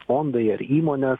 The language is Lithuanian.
fondai ar įmonės